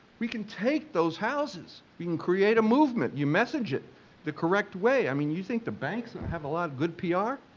we can take those houses, can create a movement, you message it the correct way. i mean you think the banks and i have a lot of good pr?